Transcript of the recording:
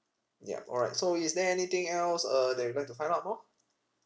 yup alright so is there anything else uh that you'd like to find out more